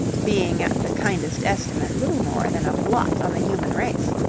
being at the kindest estimate little more than a blot on the human race.